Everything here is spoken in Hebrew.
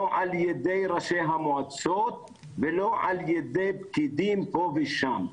לא על ידי ראשי המועצות ולא על ידי פקידים פה ושם,